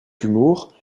humour